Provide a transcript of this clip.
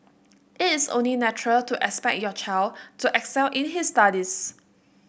it is only natural to expect your child to excel in his studies